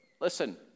listen